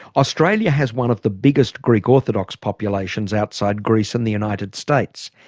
australia has one of the biggest greek orthodox populations outside greece and the united states,